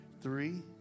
three